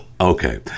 Okay